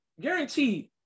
Guaranteed